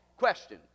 question